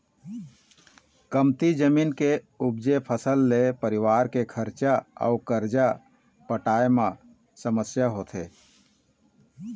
कमती जमीन के उपजे फसल ले परिवार के खरचा अउ करजा पटाए म समस्या होथे